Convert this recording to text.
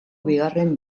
bigarren